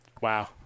Wow